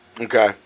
Okay